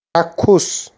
চাক্ষুষ